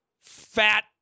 fat